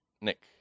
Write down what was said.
Nick